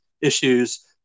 issues